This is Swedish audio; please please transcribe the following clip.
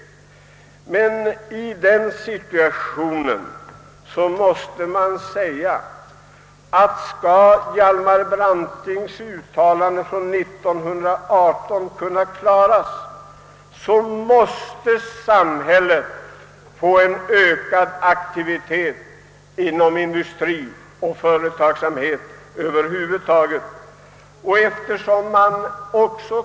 Mot denna bakgrund måste vi säga oss, att skall Hjalmar Brantings uttalande från år 1918 kunna följas, måste det bli en ökad aktivitet från samhällets sida inom industrien och företagsamheten över huvud taget.